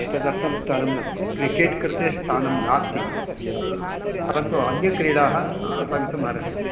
एतदर्थं स्थानं नास्ति क्रिकेट् कृते स्थानं नास्ति परन्तु अन्याः क्रीडाः भवितुम् अर्हन्ति